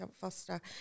Foster